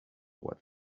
what